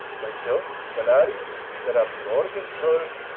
myself, belarius, that am morgan call'd,